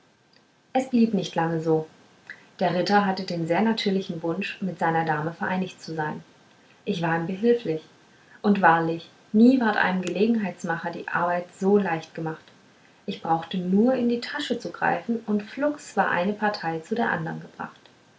es blieb nicht lange so der ritter hatte den sehr natürlichen wunsch mit seiner dame vereinigt zu sein ich war ihm behiflich and wahrlich nie ward einem gelegenheitsmacher die arbeit so leicht gemacht ich brauchte nur in die tasche zu greifen und flugs war eine partei zu der andern gebracht